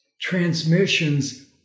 Transmissions